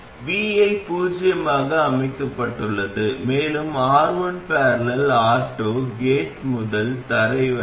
vi பூஜ்ஜியமாக அமைக்கப்பட்டுள்ளது மேலும் R1 || R2 கேட் முதல் தரை வரை